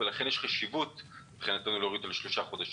ולכן מבחינתנו יש חשיבות להוריד את השלושה חודשים.